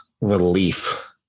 relief